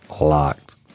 locked